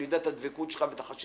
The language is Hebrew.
אני יודע את הדבקות שלך ואת החשיבות